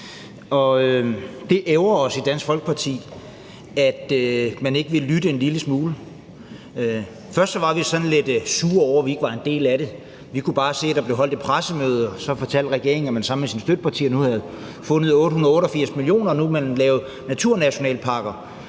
det ærgrer os i Dansk Folkeparti, at man ikke vil lytte en lille smule. Først var vi sådan lidt sure over, at vi ikke var en del af det – vi kunne bare se, at der blev holdt et pressemøde – og så fortalte regeringen, at man sammen med sine støttepartier nu havde fundet 888 mio. kr., og at man nu ville lave naturnationalparker.